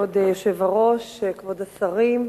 כבוד היושב-ראש, כבוד השרים,